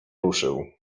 ruszył